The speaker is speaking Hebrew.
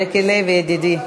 ז'קי לוי, ידידי.